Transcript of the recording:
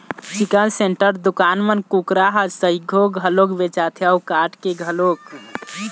chicken centre दुकान म कुकरा ह सइघो घलोक बेचाथे अउ काट के घलोक